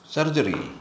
Surgery